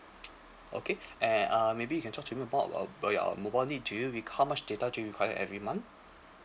okay and uh maybe can talk to me about mobile do you re~ how much data do you require every month